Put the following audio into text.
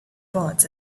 bullets